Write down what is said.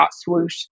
.Swoosh